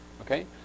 Okay